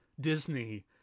Disney